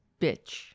bitch